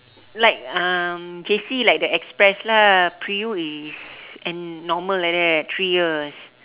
like um J_C like the express lah pre U is n~ normal like that three years